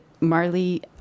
Marley